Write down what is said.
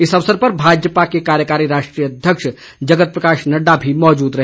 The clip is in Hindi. इस अवसर पर भाजपा के कार्यकारी राष्ट्रीय अध्यक्ष जगत प्रकाश नड्डा भी मौजूद रहे